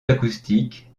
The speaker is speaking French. acoustique